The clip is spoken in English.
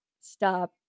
stop